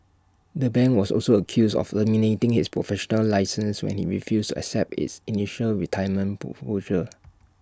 the bank was also accused of terminating his professional licenses when he refused accept its initial retirement proposal